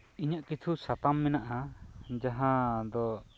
ᱤᱧᱟᱹᱜ ᱠᱤᱪᱷᱩ ᱥᱟᱛᱟᱢ ᱢᱮᱱᱟᱜ ᱟ ᱡᱟᱦᱟᱸ ᱫᱚ